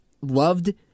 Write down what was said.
loved